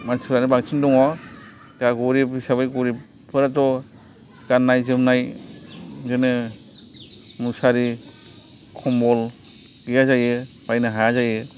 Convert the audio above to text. मानसिफ्रानो बांसिन दङ दा गरिब हिसाबै गरिब फोराथ' गाननाय जोमनाय बिदिनो मुसारि खमबल गैया जायो बायनो हाया जायो